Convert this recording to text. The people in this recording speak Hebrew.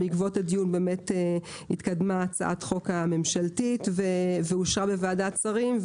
בעקבות הדיון התקדמה הצעת החוק הממשלתית ואושרה בוועדת שרים.